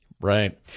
Right